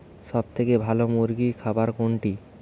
সবথেকে ভালো মুরগির খাবার কোনটি?